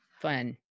fun